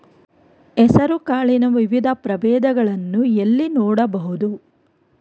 ಹೆಸರು ಕಾಳಿನ ವಿವಿಧ ಪ್ರಭೇದಗಳನ್ನು ಎಲ್ಲಿ ನೋಡಬಹುದು?